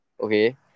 okay